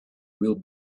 will